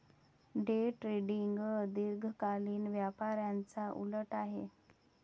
day trading दीर्घकालीन व्यापाराच्या उलट आहे